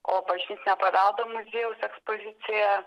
o bažnytinio paveldo muziejaus ekspozicijoje